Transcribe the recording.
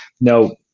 no